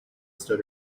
stood